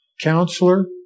Counselor